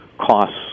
costs